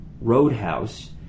roadhouse